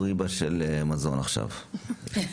בזום.